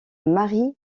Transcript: marie